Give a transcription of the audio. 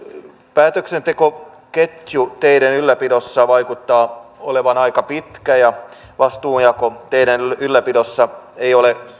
päätöksentekoketju teiden ylläpidossa vaikuttaa olevan aika pitkä ja vastuunjako teiden ylläpidossa ei ole